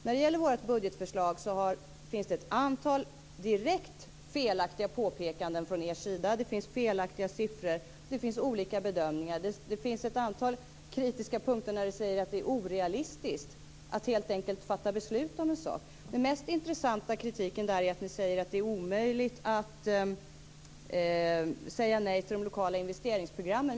När det gäller vårt budgetförslag finns det ett antal direkt felaktiga påpekanden från er sida. Det finns felaktiga siffror och olika bedömningar. Det finns ett antal kritiska punkter, där Jan Bergqvist bl.a. säger att det är orealistiskt att helt enkelt fatta beslut om en sak. Den mest intressanta kritiken är att ni säger att det är omöjligt att säga nej till de lokala investeringsprogrammen.